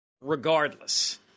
regardless